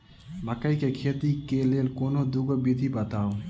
मकई केँ खेती केँ लेल कोनो दुगो विधि बताऊ?